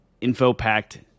info-packed